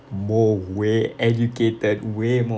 more way educated way more